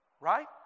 Right